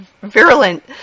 virulent